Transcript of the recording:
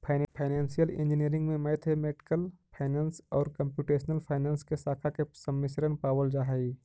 financial engineering में mathematical finance आउ computational finance के शाखा के सम्मिश्रण पावल जा हई